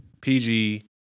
PG